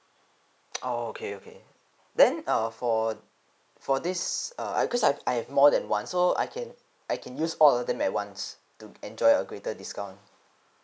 oh okay okay then uh for for this uh because I have more than one so I can I can use all them at once to enjoy a greater discount